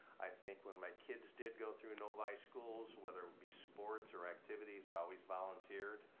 i think when my kids did go through novi schools, whether it would be sports or activities, i always volunteered